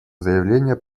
заявление